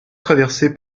traversée